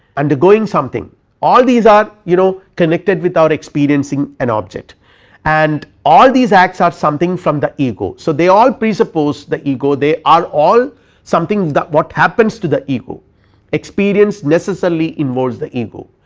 undergoing something all these are you know connected with our experiencing an object and all these acts are something from the ego. so they all presuppose the ego they are all something if what happens to the ego experience necessarily involves the ego,